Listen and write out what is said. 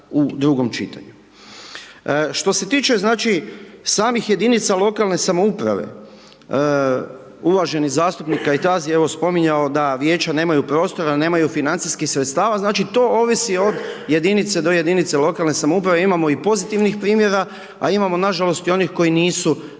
u drugom čitanju. Što se tiče znači, samih jedinica lokalne samouprave, uvaženi zastupnik Kajtazi je evo spominjao da Vijeća nemaju prostora, nemaju financijskih sredstava, znači, to ovisi od jedinice do jedinice lokalne samouprave, imamo i pozitivnih primjera, a imamo nažalost i onih koji nisu, nisu